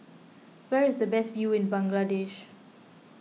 where is the best view in Bangladesh